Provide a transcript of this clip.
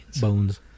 Bones